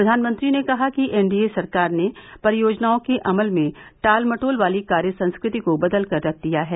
प्रधानमंत्री ने कहा कि एन डी ए सरकार ने परियोजनाओं के अमल में टाल मटोल वाली कार्य संस्कृति को बदल कर रख दिया है